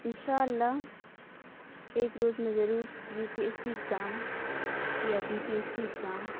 اِنشاء اللہ ایک روز میں ضرور U P S C exam یا B P S C exam